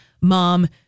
mom